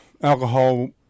alcohol